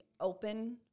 open